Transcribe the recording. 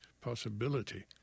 possibility